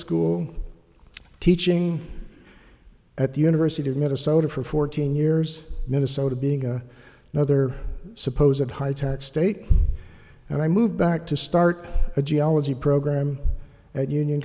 school teaching at the university of minnesota for fourteen years minnesota being a mother suppose at high tax state and i moved back to start a geology program at union